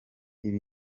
ibi